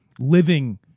Living